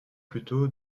plutôt